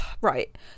right